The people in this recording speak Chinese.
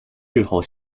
日后